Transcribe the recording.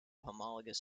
homologous